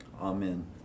amen